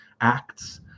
acts